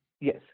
Yes